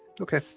Okay